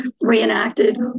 reenacted